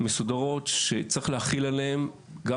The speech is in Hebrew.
מסודרות שצריך להחיל עליהן דין רציפות,